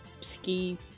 ski